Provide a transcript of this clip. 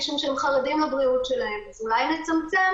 משום שהם חרדים לבריאות שלהם אז אולי נצמצם